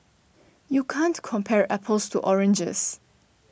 you can't compare apples to oranges